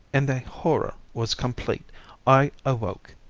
and the horror was complete i awoke.